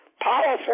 powerful